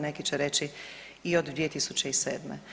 Neki će reći i od 2007.